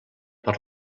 per